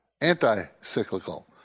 Anti-cyclical